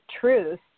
truth